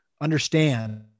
understand